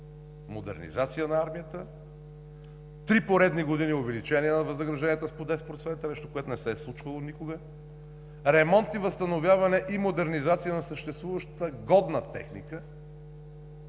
модернизация на армията; три поредни години увеличение на възнагражденията с по 10% – нещо, което не се е случвало никога; ремонт и възстановяване и модернизация на съществуващата годна техника;